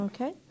Okay